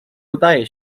udaje